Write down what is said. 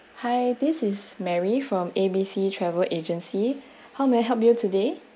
hi this is mary from a b c travel agency how may I help you today